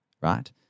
right